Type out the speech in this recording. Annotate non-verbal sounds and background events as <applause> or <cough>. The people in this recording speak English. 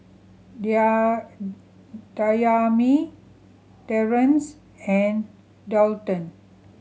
<unintelligible> Dayami Terrence and Daulton